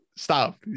Stop